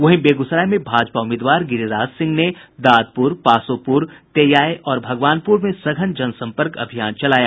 वहीं बेगूसराय में भाजपा उम्मीदवार गिरिराज सिंह ने दादपुर पासोपुर तेयाय और भगवानपुर में सघन जनसंपर्क अभियान चलाया